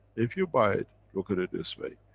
if you buy it, look at it this way,